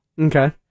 Okay